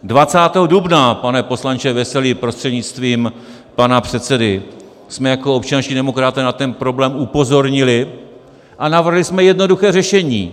20. dubna, pane poslanče Veselý prostřednictvím pana předsedy, jsme jako občanští demokraté na ten problém upozornili a navrhli jsme jednoduché řešení.